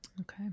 Okay